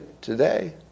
today